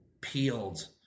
peeled